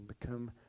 become